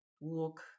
walk